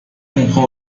comprend